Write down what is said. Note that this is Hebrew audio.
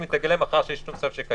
אם היא תגלה מחר שיש אזור נוסף.